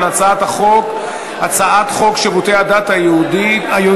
על הצעת החוק שירותי הדת היהודיים,